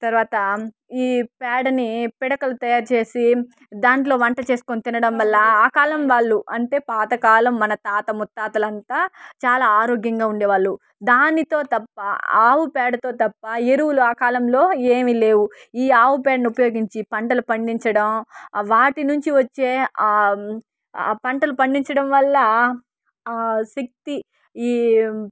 తర్వాత ఈ పేడని పిడకలు తయారుచేసి దాంట్లో వంట చేసుకొని తినడం వల్ల ఆ కాలం వాళ్ళు అంటే పాతకాలం మన తాత ముత్తాతలు అంతా చాలా ఆరోగ్యంగా ఉండేవాళ్ళు దానితో తప్ప ఆవు పేడతో తప్ప ఎరువులు ఆ కాలంలో ఏమీ లేవు ఈ ఆవు పేడని ఉపయోగించి పంటలు పండించడం వాటి నుంచి వచ్చే ఆ పంటలు పండించడం వల్ల శక్తి ఈ